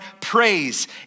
praise